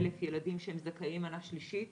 אלף ילדים שהם זכאים למנה שלישית,